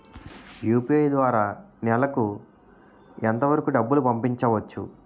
UPI ద్వారా నెలకు ఎంత వరకూ డబ్బులు పంపించవచ్చు?